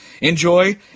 Enjoy